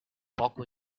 poco